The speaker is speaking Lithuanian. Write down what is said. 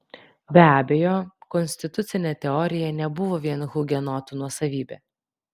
be abejo konstitucinė teorija nebuvo vien hugenotų nuosavybė